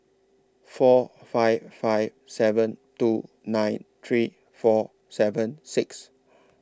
four five five seven two nine three four seven six